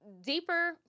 deeper